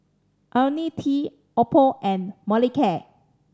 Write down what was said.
Ionil T Oppo and Molicare